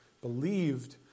believed